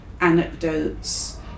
anecdotes